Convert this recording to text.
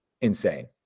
insane